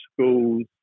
schools